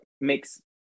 makes